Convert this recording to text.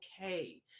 okay